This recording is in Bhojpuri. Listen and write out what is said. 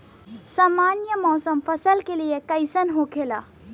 सामान्य मौसम फसल के लिए कईसन होखेला?